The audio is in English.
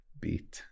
beat